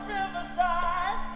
Riverside